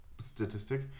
Statistic